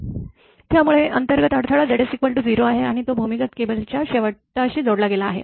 त्यामुळे अंतर्गत अडथळा Zs 0 आहे आणि तो भूमिगत केबल च्या शेवटाशी जोडला गेला आहे